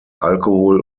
alkohol